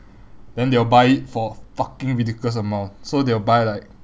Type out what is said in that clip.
then they will buy for fucking ridiculous amount so they will buy like